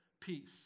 peace